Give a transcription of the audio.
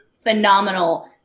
phenomenal